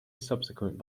subsequent